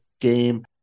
game